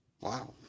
Wow